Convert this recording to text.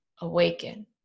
awaken